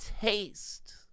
taste